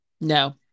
no